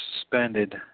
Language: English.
suspended